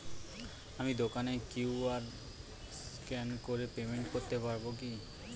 আমি দোকানে QR scan করে পেমেন্ট করতে পারবো কি?